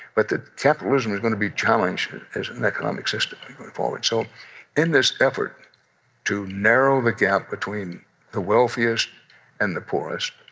but the capitalism is going to be challenged as an economic system, going forward so in this effort to narrow the gap between the wealthiest and the poorest,